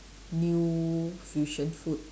new fusion food